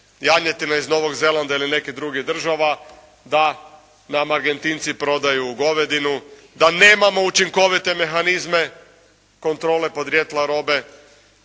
janjetina iz Novog Zelanda ili nekih drugih država, da nam Argentinci prodaju govedinu, da nema učinkovite mehanizme kontrole podrijetla robe.